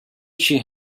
she